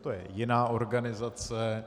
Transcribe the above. To je jiná organizace.